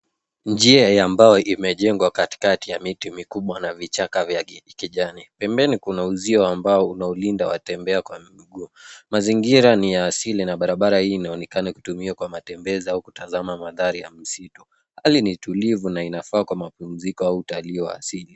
Njia ya mbao imejengwa katikati ya miti mikubwa na vichaka vya kijani. Pembeni kuna uzio wa mbao unaolinda watembea kwa miguu. Mazingira ni ya asili na barabara hii inaonekana kutumiwa kwa matumizi au kutazama mandhari ya msitu. Hali ni tulivu na inafaa kwa mapumziko au utalii wa asili.